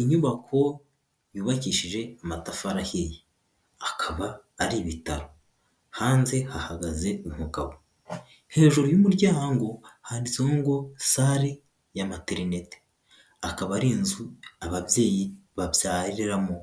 Inyubako yubakishije amatafarahi akaba ari ibitaro, hanze ahagaze umugabo, hejuru y'umuryango handitseho ngo salle ya materineti akaba ari inzu ababyeyi babyariramo,